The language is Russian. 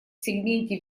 сегменте